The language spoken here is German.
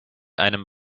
einem